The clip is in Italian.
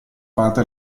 parte